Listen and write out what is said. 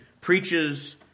preaches